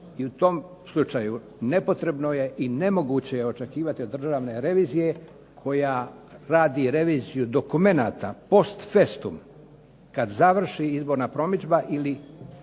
i u tom slučaju nepotrebno je i nemoguće je očekivati od Državne revizije koja radi reviziju dokumenata post festum, kad završi izborna promidžba ili